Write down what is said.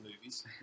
movies